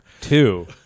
two